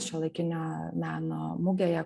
šiuolaikinio meno mugėje